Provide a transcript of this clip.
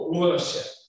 worship